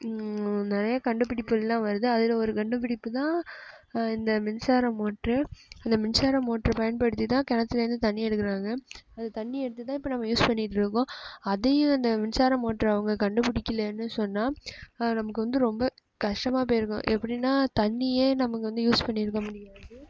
நிறையா கண்டுப்பிடிப்பெல்லாம் வருது அதில் ஒரு கண்டுப்பிடிப்பு தான் இந்த மின்சார மோட்ரு இந்த மின்சார மோட்ரு பயன்படுத்தி தான் கிணத்துலேருந்து தண்ணி எடுக்கிறாங்க அந்த தண்ணி எடுத்து தான் இப்போ நம்ம யூஸ் பண்ணிகிட்ருக்கோம் அதையும் அந்த மின்சார மோட்ரு அவங்க கண்டுப்பிடிக்கலேன்னு சொன்னால் நமக்கு வந்து ரொம்ப கஷ்டமாக போயிருக்கும் எப்படின்னா தண்ணியே நமக்கு வந்து யூஸ் பண்ணியிருக்க முடியாது